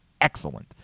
excellent